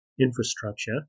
infrastructure